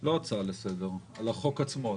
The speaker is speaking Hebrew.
לא הצעה לסדר, על החוק עצמו.